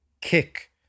kick